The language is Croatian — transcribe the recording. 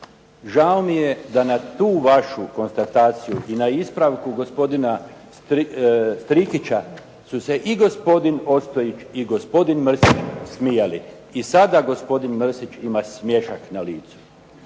Žao mi je da na tu vašu konstataciju i na ispravku gospodina Strikića su se i gospodin Ostojić i gospodin Mrsić smijali i sada gospodin Mrsić ima smiješak na licu.